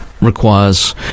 requires